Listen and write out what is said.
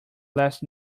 last